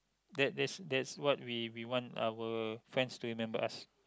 that that's that's what we we want our friend to remember us